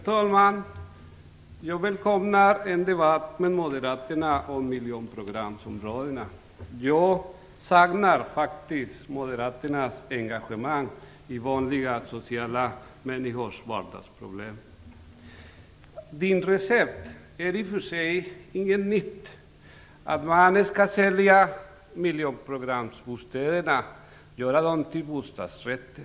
Herr talman! Jag välkomnar en debatt med Moderaterna om miljonprogramsområdena, för jag saknar faktiskt Moderaternas engagemang i vanliga människors sociala vardagsproblem. Knut Billings recept är i och för sig inte nytt, dvs. att miljonprogramsbostäderna skall säljas ut och att de skall göras om till bostadsrätter.